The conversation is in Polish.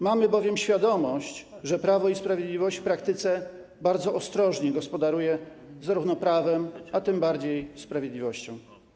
Mamy bowiem świadomość, że Prawo i Sprawiedliwość w praktyce bardzo ostrożnie gospodaruje prawem, a tym bardziej sprawiedliwością.